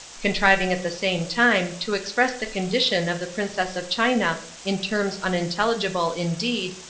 contriving at the same time to express the condition of the princess of china in terms unintelligible, indeed,